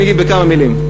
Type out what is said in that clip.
אני אגיד בכמה מילים.